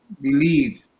believe